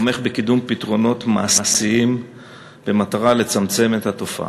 בקידום פתרונות מעשיים במטרה לצמצם את התופעה.